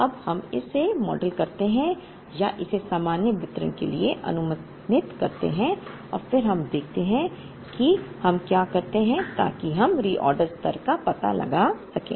अब हम इसे मॉडल करते हैं या इसे सामान्य वितरण के लिए अनुमानित करते हैं और फिर देखते हैं कि हम क्या करते हैं ताकि हम रीऑर्डर स्तर का पता लगा सकें